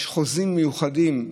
יש חוזים מיוחדים,